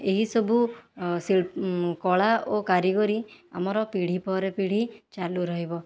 ଏହିସବୁ ଶି କଳା ଓ କାରିଗରୀ ଆମର ପିଢ଼ୀ ପରେ ପିଢ଼ୀ ଚାଲୁ ରହିବ